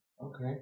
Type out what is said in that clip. Okay